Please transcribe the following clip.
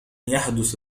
يحدث